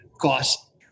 cost